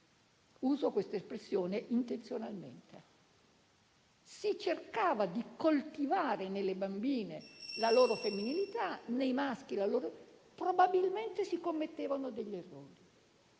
Uso questa espressione intenzionalmente. Si cercava di coltivare nelle bambine la loro femminilità e nei maschi la loro mascolinità. Probabilmente si commettevano degli errori,